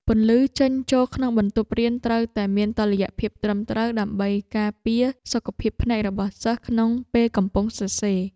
ពន្លឺចេញចូលក្នុងបន្ទប់រៀនត្រូវតែមានតុល្យភាពត្រឹមត្រូវ ដើម្បីការពារសុខភាពភ្នែករបស់សិស្សក្នុងពេលកំពុងសរសេរ។